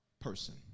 person